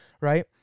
right